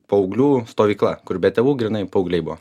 paauglių stovykla kur be tėvų grynai paaugliai buvo